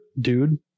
dude